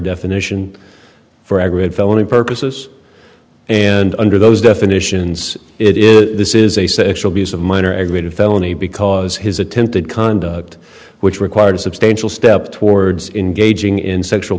definition for aggravated felony purposes and under those definitions it is this is a sexual abuse of minor aggravated felony because his attempted conduct which required substantial step towards in gauging in